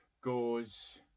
goes